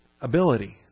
ability